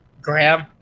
Graham